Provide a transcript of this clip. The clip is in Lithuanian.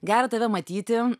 gera tave matyti